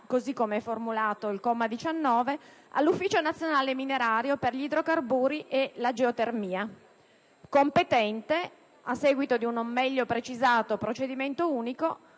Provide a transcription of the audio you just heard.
così com'è formulato il comma 19, all'Ufficio nazionale minerario per gli idrocarburi e la geotermia, competente a seguito di un non meglio precisato procedimento unico,